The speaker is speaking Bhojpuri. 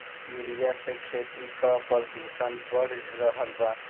यूरिया से खेती क प्रदूषण बढ़ रहल बा